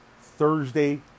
Thursday